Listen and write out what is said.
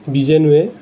বীজাণুৱে